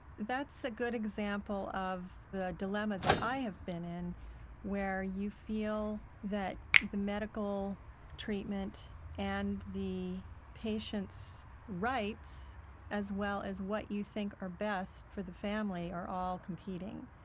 that's a good example of the dilemma that i have been in where you feel that the medical treatment and the patient's rights as well as what you think are best for the family are all competing.